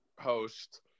host